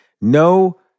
No